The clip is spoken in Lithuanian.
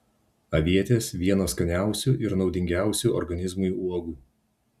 avietės vienos skaniausių ir naudingiausių organizmui uogų